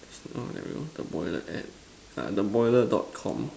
there we go the boiler at uh the boiler dot com